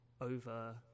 over